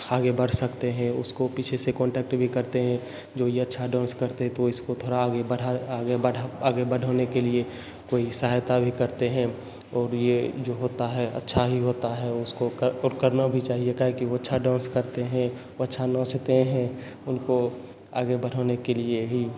आगे बढ़ सकते हैं उसको पीछे से कोंटेक्ट भी करते हैं जो ये अच्छा डांस करते तो इसको थोड़ा आगे बढ़ा आगे बढ़ा आगे बढ़ाने के लिए कोई सहायता भी करते हैं और ये जो होता है अच्छा ही होता है उसको कर और करना भी चाहिए काहे कि वो अच्छा डांस करते हैं वो अच्छा नाचते हैं उनको आगे बढ़ाने के लिए ही